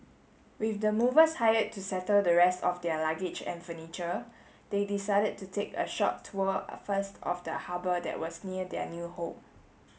with the movers hired to settle the rest of their luggage and furniture they decided to take a short tour first of the harbour that was near their new home